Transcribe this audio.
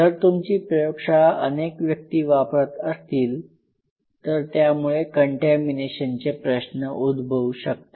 जर तुमची प्रयोगशाळा अनेक व्यक्ती वापरत असतील तर त्यामुळे कंटॅमीनेशनचे प्रश्न उद्भवू शकतात